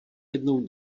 jednou